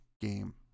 game